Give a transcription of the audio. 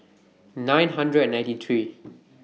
nine hundred and ninety three